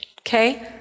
Okay